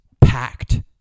packed